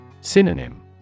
Synonym